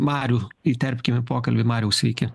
marių įterpkim į pokalbį mariau sveiki